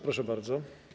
Proszę bardzo.